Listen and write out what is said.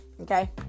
Okay